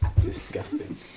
Disgusting